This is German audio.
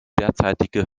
derzeitige